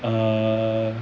err